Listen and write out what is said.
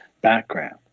background